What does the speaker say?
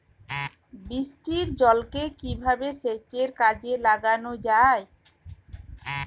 বৃষ্টির জলকে কিভাবে সেচের কাজে লাগানো যায়?